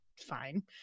fine